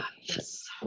Yes